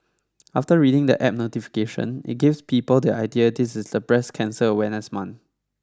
after reading the app notification it gives people the idea this is the breast cancer awareness month